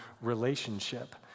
relationship